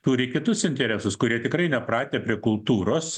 turi kitus interesus kurie tikrai nepratę prie kultūros